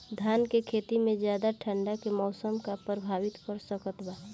धान के खेती में ज्यादा ठंडा के मौसम का प्रभावित कर सकता बा?